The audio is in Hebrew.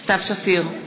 סתיו שפיר,